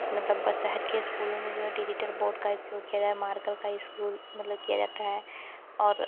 मतलब बस शहर के स्कूलों में जो है डिजिटल बोर्ड का उपयोग किया जाए मार्कल का स्कूल मतलब किया जाता है और